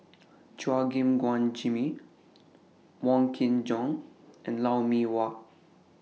Chua Gim Guan Jimmy Wong Kin Jong and Lou Mee Wah